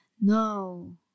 no